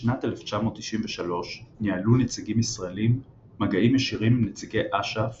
בשנת 1993 ניהלו נציגים ישראלים מגעים ישירים עם נציגי אש"ף